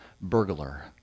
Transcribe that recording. burglar